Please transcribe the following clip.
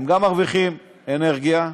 הם גם מרוויחים אנרגיה,